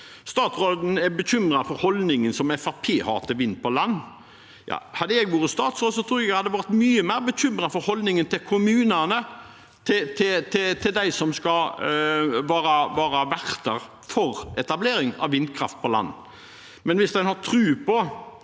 Statsråden er bekymret for holdningen Fremskrittspartiet har til vind på land. Hadde jeg vært statsråd, tror jeg jeg hadde vært mye mer bekymret for holdningen til kommunene, de som skal være verter for etablering av vindkraft på land. Men hvis en har tro på